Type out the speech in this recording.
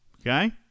okay